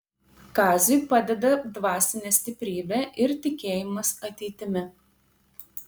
kaziui padeda dvasinė stiprybė ir tikėjimas ateitimi